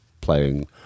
playing